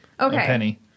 Okay